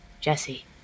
Jesse